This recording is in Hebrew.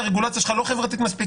הרגולציה שלך כן חברתית מספיק,